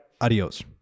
adios